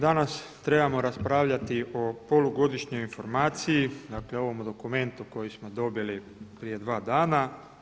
Danas trebamo raspravljati o polugodišnjoj informaciji, dakle o ovom dokumentu koji smo dobili prije dva dana.